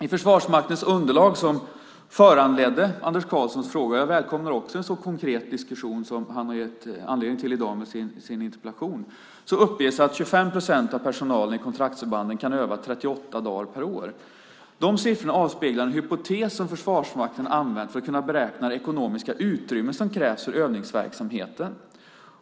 I Försvarsmaktens underlag som föranledde Anders Karlssons fråga - jag välkomnar också en så konkret diskussion som han har gett anledning till i dag med sin interpellation - uppges att 25 procent av personalen i kontraktsförbanden kan öva 38 dagar per år. De siffrorna avspeglar en hypotes som Försvarsmakten har använt för att beräkna det ekonomiska utrymme som krävs för övningsverksamheten.